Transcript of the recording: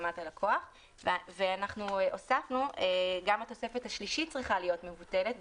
אנחנו הוספנו שגם התוספת השלישית צריכה להיות מבוטלת,